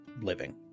living